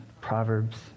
Proverbs